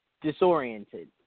disoriented